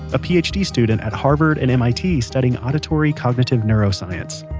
a ph d. student at harvard and mit studying auditory cognitive neuroscience.